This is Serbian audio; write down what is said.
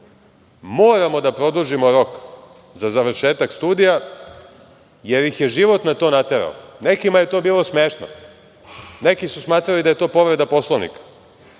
moramo da produžimo rok za završetak studija, jer ih je život na to naterao. Nekima je to bilo smešno. Neki su smatrali da je to povreda Poslovnika.